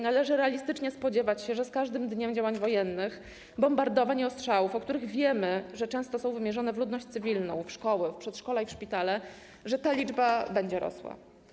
Należy spodziewać się, że z każdym dniem działań wojennych, bombardowań i ostrzałów, o których wiemy, że często są wymierzone w ludność cywilną, w szkoły, przedszkola i szpitale, ta liczba będzie rosła.